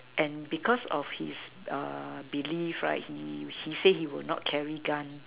and because of his err belief right he he say he will not carry gun